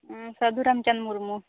ᱚᱸ ᱥᱟ ᱫᱷᱩ ᱨᱟᱢᱪᱟᱸᱫ ᱢᱩᱨᱢᱩ